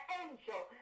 angel